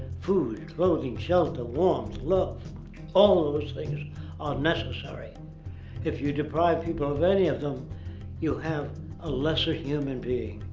food, clothing, shelter, warmth, love all those things are necessary. and if you deprive people of any of them you have a lesser human being,